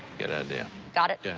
good idea. got it? yeah.